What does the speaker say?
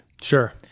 sure